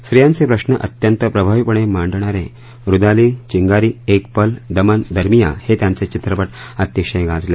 रित्रयांचे प्रश्न अत्यंत प्रभावीपणे मांडणारे रुदाली चिंगारी एक पल दमन दरमियां हे त्यांचे चित्रपट अतिशय गाजले